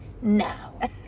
now